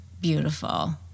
beautiful